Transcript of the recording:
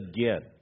again